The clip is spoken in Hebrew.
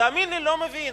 תאמין לי, אני לא מבין.